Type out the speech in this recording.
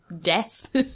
death